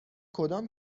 کدام